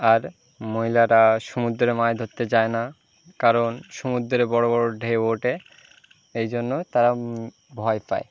আর মহিলারা সমুদ্রে মাছ ধরতে যায় না কারণ সমুদ্রে বড়ো বড়ো ঢেউ ওঠে এই জন্য তারা ভয় পায়